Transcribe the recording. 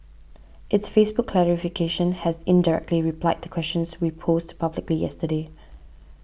its Facebook clarification has indirectly replied the questions we posed publicly yesterday